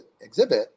exhibit